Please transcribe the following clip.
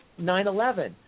9-11